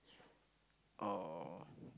oh